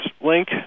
link